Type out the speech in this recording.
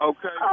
Okay